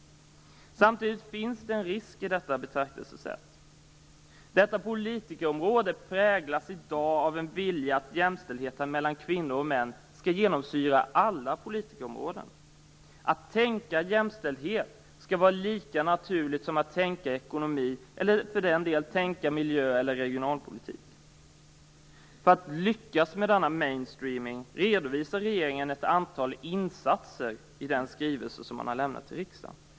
Samtidigt finns det en risk i detta betraktelsesätt. Detta politikerområde präglas i dag av en vilja att jämställdheten mellan kvinnor och män skall genomsyra alla politikerområden. Att tänka jämställdhet skall vara lika naturligt som att tänka ekonomi eller miljö eller regionalpolitik. För att lyckas med denna mainstreaming redovisar regeringen ett antal insatser i riksdagsskrivelsen.